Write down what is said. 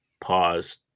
paused